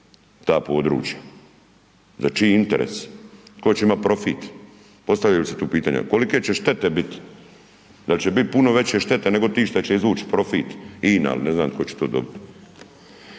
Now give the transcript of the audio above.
ta područja, za čiji interes, tko će imati profit, postavljaju se tu pitanja, kolike će štete biti, da li će biti puno veće štete nego ti šta će izvuć profit, INA ili ne znam tko će to dobiti.